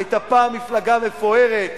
שהיתה פעם מפלגה מפוארת,